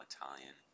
Italian